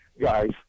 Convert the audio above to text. guys